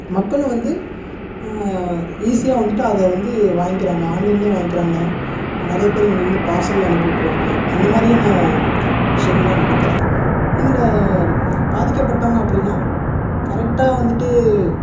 மக்களும் வந்து ஈஸியாக வந்துட்டு அதை வந்து வாங்கிகிறாங்க ஆன்லைன்லே வாங்கிகிறாங்க நிறைய பேர் இங்கேருந்து பார்சல்ல அனுப்பிவிட்ருவாங்க அந்த மாதிரியான விஷயங்கள்லாம் நடக்குது இதில் பாதிக்கப்பட்டவங்க அப்படினா கரெக்டாக வந்துட்டு